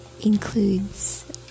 includes